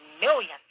millions